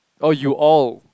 oh you all